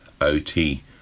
OT